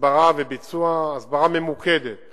הסברה ממוקדת